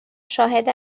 شاهد